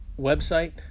website